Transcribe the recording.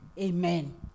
Amen